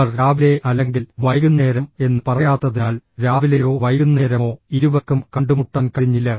അവർ രാവിലെ അല്ലെങ്കിൽ വൈകുന്നേരം എന്ന് പറയാത്തതിനാൽ രാവിലെയോ വൈകുന്നേരമോ ഇരുവർക്കും കണ്ടുമുട്ടാൻ കഴിഞ്ഞില്ല